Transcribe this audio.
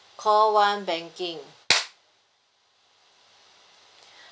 call one banking